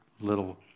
little